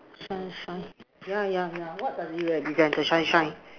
sunshine yeah yeah yeah what does it represent the sunshine